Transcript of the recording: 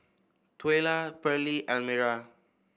Twyla Pearlie Elmira